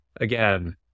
Again